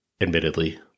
admittedly